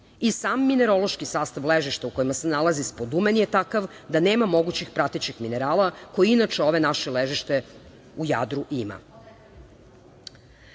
I sam minerološki sastav ležišta u kojem se nalazi spodumen je takav da nema mogućih pratećih minerala koji inače ove naše ležište u Jadru ima. Na